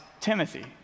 Timothy